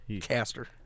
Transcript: Caster